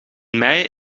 mei